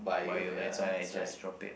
Bio that's why I just drop it